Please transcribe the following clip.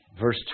Verse